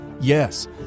Yes